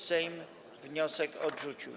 Sejm wniosek odrzucił.